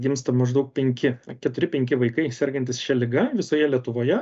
gimsta maždaug penki keturi penki vaikai sergantys šia liga visoje lietuvoje